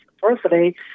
Firstly